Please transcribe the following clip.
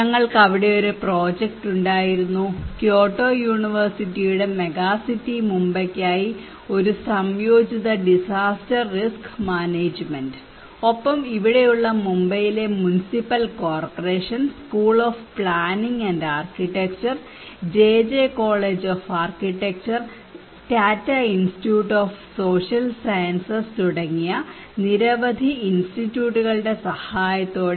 ഞങ്ങൾക്ക് അവിടെ ഒരു പ്രോജക്റ്റ് ഉണ്ടായിരുന്നു ക്യോട്ടോ യൂണിവേഴ്സിറ്റിയുടെ മെഗാസിറ്റി മുംബൈയ്ക്കായി ഒരു സംയോജിത ഡിസാസ്റ്റർ റിസ്ക് മാനേജ്മെന്റ് ഒപ്പം ഇവിടെയുള്ള മുംബൈയിലെ municipal corporation school of planning and architecture JJ college of architecture Tata institute of social science തുടങ്ങിയ നിരവധി ഇൻസ്റ്റിറ്റ്യൂട്ടുകളുടെ സഹകരണത്തോടെ